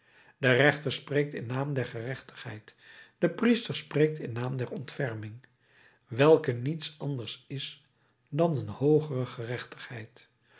de rechter spreekt in naam der gerechtigheid de priester spreekt in naam der ontferming welke niets anders is dan een hoogere gerechtigheid